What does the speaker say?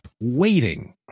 waiting